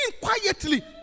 quietly